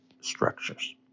structures